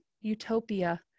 utopia